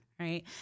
Right